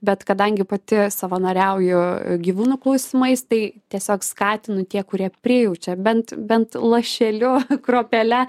bet kadangi pati savanoriauju gyvūnų klausimais tai tiesiog skatinu tie kurie prijaučia bent bent lašeliu kruopele